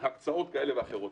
הקצאות כאלה ואחרות.